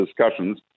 discussions